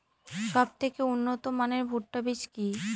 সবথেকে উন্নত মানের ভুট্টা বীজ কি?